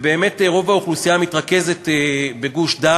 ובאמת רוב האוכלוסייה מתרכזת בגוש-דן.